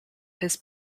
his